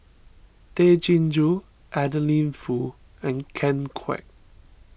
Tay Chin Joo Adeline Foo and Ken Kwek